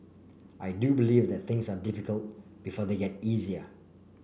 I do believe that things are difficult before they get easier